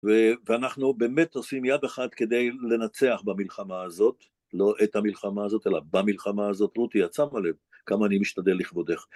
ואנחנו באמת עושים יד אחת כדי לנצח במלחמה הזאת, לא את המלחמה הזאת, אלא במלחמה הזאת. רותי, את שמה לב כמה אני משתדל לכבודך.